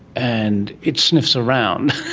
and it sniffs around,